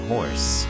Horse